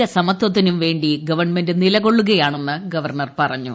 ലിംഗസമത്വത്തിനുംവേണ്ടി ഗവൺക്മുന്റ് നിലകൊള്ളുകയാണെന്ന് ഗവർണർ പറഞ്ഞു